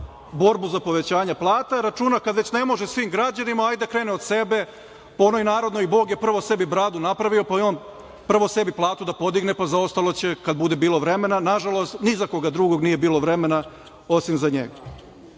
borbu za povećanje plata. Računa, kada već ne može svim građanima, ajde da krene od sebe, po onoj narodnoj Bog je prvo sebi bradu napravio, pa i on prvo sebi platu da podigne, a za ostalo će kada bude bilo vremena. Nažalost, ni za koga drugog nije bilo vremena, osim za njega. Naša